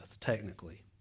Technically